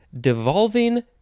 devolving